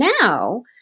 now